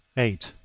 eight.